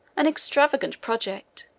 an extravagant project,